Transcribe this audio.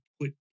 put